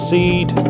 Seed